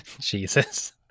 Jesus